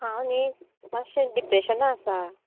हांव न्ही मात्शें डिप्रेशनान आसा